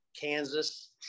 Kansas